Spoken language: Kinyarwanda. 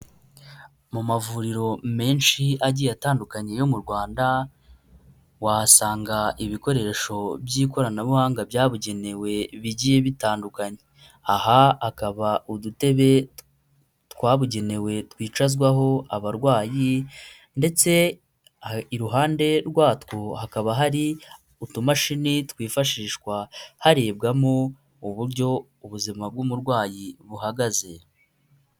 Mu mavuriro menshi agiye atandukanye yo mu Rwanda, wahasanga ibikoresho by'ikoranabuhanga byabugenewe bigiye bitandukanye, aha hakaba udutebe twabugenewe twicazwaho abarwayi ndetse iruhande rwatwo hakaba hari utumamashini twifashishwa harebwamo uburyo ubuzima bw'umurwayi buhagaze.